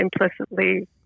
implicitly